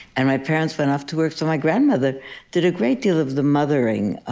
and my parents went off to work, so my grandmother did a great deal of the mothering, ah